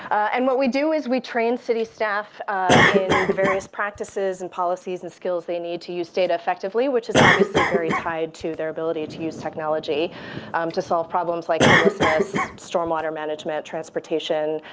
and what we do is we train city staff in the various practices and policies and skills they need to use data effectively. which is obviously very tied to their ability to use technology to solve problems. like homelessness. storm water management. transportation.